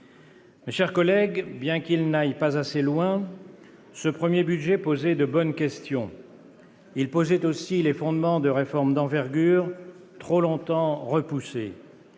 Mes chers collègues, bien qu'il n'aille pas assez loin, ce premier budget posait de bonnes questions. Il posait aussi les fondements de réformes d'envergure, trop longtemps repoussées.